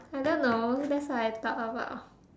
I don't know that's what I thought about